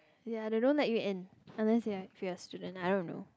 ya they don't let you in unless you are you are a student I don't know